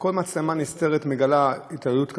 כל מצלמה נסתרת מגלה התעללות כזאת,